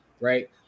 right